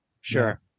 Sure